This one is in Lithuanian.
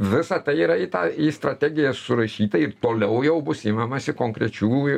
visa tai yra į tą į strategiją surašyta ir toliau jau bus imamasi konkrečių